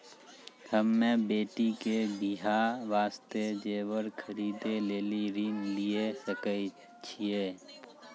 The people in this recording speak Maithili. हम्मे बेटी के बियाह वास्ते जेबर खरीदे लेली ऋण लिये सकय छियै?